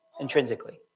Intrinsically